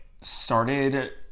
started